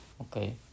Okay